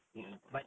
mm mm